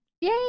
yay